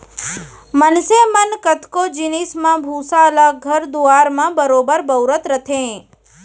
मनसे मन कतको जिनिस म भूसा ल घर दुआर म बरोबर बउरत रथें